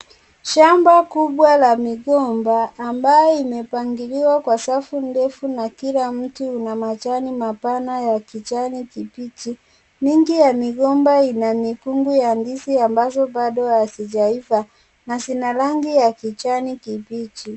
Shamba kubwa la migomba ambayo imepangiliwa kwa safu ndefu na kila mti una majani mapana ya kijani kibichi, mingi ya migomba ina mikungu ya ndizi ambazo bado hazijaiva, na zina rangi ya kijani kibichi.